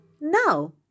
Now